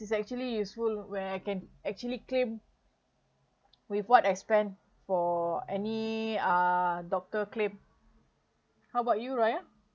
is actually useful where I can actually claim with what I spend for any uh doctor claim how about you raya